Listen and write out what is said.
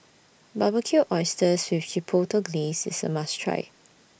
Barbecued Oysters with Chipotle Glaze IS A must Try